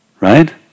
right